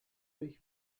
durch